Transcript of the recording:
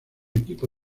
equipo